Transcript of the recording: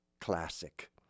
classic